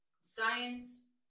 Science